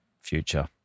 future